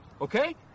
okay